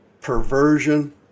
perversion